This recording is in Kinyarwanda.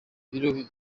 biro